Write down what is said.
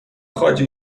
خواجه